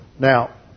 Now